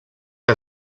que